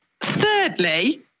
Thirdly